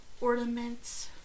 ornaments